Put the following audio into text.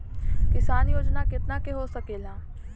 किसान योजना कितना के हो सकेला?